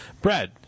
Brad